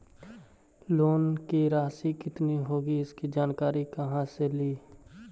Loan की रासि कितनी होगी इसकी जानकारी कहा से ली?